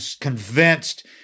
convinced